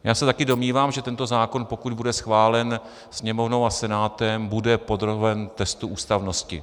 Já se také domnívám, že tento zákon, pokud bude schválen Sněmovnou a Senátem, bude podroben testu ústavnosti.